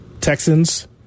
Texans